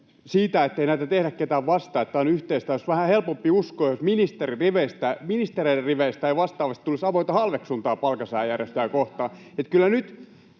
siitä, ettei näitä tehdä ketään vastaan ja että tämä on yhteistä, olisi vähän helpompi uskoa, jos ministereiden riveistä ei vastaavasti tulisi avointa halveksuntaa palkansaajajärjestöjä kohtaan.